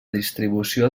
distribució